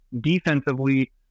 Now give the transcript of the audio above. defensively